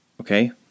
Okay